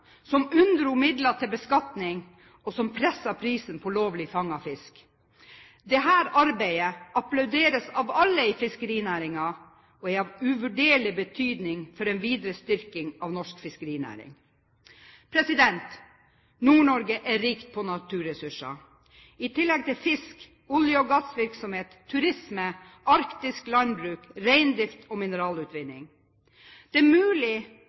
som unndro midler til beskatning, og som presset prisen på lovlig fanget fisk. Dette arbeidet applauderes av alle i fiskerinæringen og er av uvurderlig betydning for en videre styrking av norsk fiskerinæring. Nord-Norge er rikt på naturressurser. I tillegg til fisk har man olje- og gassvirksomhet, turisme, arktisk landbruk, reindrift og mineralutvinning. Det er mulig